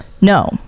No